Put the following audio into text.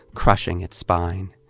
crushing its spine.